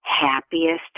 happiest